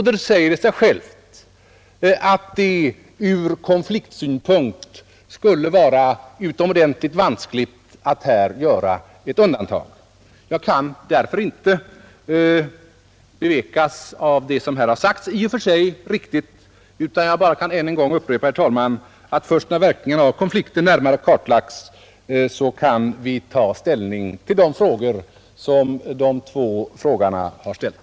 Det säger sig självt att det ur konfliktsynpunkt skulle vara utomordentligt vanskligt att här göra ett undantag. Jag kan därför inte bevekas av det som här har sagts, även om det i och för sig är riktigt, utan kan bara än en gång upprepa, herr talman, att först när verkningarna av konflikten närmare klarlagts kan vi ta ställning till de frågor som de två frågarna har ställt.